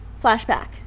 flashback